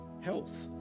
health